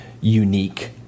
unique